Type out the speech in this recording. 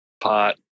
Pot